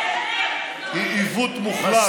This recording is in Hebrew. היא עיוות מוחלט של הדמוקרטיה.